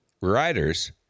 riders